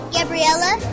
Gabriella